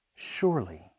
Surely